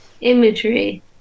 imagery